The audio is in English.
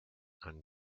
and